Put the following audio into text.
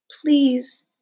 Please